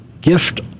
gift